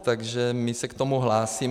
Takže my se k tomu hlásíme.